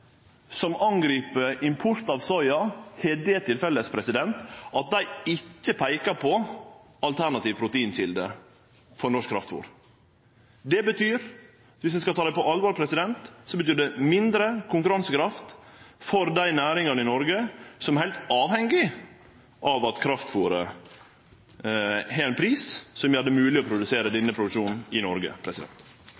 som angrip import av soya, har det til felles at dei ikkje peiker på alternative proteinkjelder for norsk kraftfôr. Det betyr – viss ein skal ta dei på alvor – mindre konkurransekraft for dei næringane i Noreg som er heilt avhengige av at kraftfôret har ein pris som gjer det mogleg å produsere